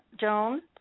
Joan